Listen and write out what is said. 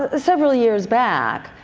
ah several years back,